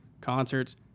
concerts